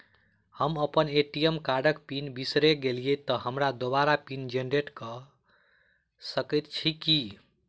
हम अप्पन ए.टी.एम कार्डक पिन बिसैर गेलियै तऽ हमरा दोबारा पिन जेनरेट कऽ सकैत छी की?